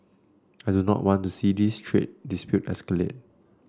I do not want to see this trade dispute escalate